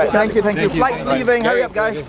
ah thank you, thank you. flight's leaving, hurry up, guys.